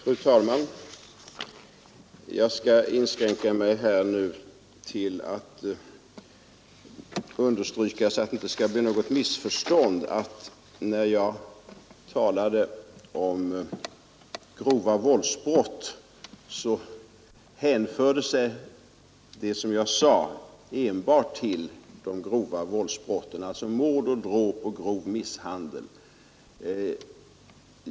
Fru talman! Jag skall nu inskränka mig till att understryka — så att det inte blir något missförstånd — att när jag talade om grova våldsbrott så hänförde sig det som jag sade enbart till de grova våldsbrotten, alltså mord, dråp och grov misshandel.